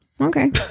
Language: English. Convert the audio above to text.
Okay